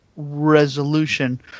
resolution